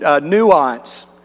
nuance